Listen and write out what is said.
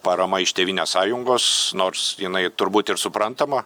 parama iš tėvynės sąjungos nors jinai turbūt ir suprantama